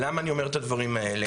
למה אני אומר את הדברים האלה?